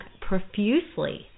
profusely